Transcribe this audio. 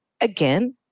again